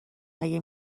مگه